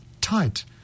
tight